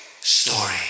Story